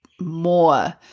more